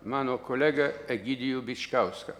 mano kolegą egidijų bičkauską